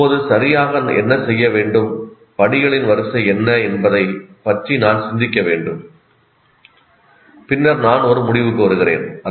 இப்போது சரியாக என்ன செய்ய வேண்டும் படிகளின் வரிசை என்ன என்பதைப் பற்றி நான் சிந்திக்க வேண்டும் பின்னர் நான் ஒரு முடிவுக்கு வருகிறேன்